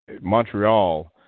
Montreal –